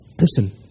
Listen